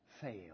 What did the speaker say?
fail